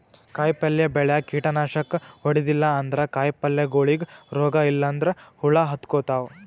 ಕಾಯಿಪಲ್ಯ ಬೆಳ್ಯಾಗ್ ಕೀಟನಾಶಕ್ ಹೊಡದಿಲ್ಲ ಅಂದ್ರ ಕಾಯಿಪಲ್ಯಗೋಳಿಗ್ ರೋಗ್ ಇಲ್ಲಂದ್ರ ಹುಳ ಹತ್ಕೊತಾವ್